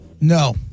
No